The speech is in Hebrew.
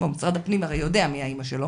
משרד הפנים הרי יודע מי האימא שלו.